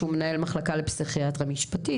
שהוא מנהל מחלקה לפסיכיאטריה משפטית.